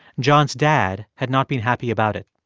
john's dad had not been happy about it.